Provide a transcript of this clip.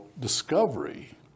discovery